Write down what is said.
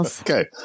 Okay